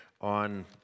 on